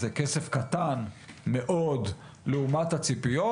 זה כסף קטן מאוד לעומת הציפיות,